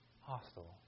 hostile